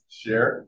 share